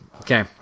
okay